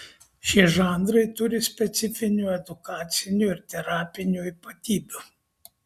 šie žanrai turi specifinių edukacinių ir terapinių ypatybių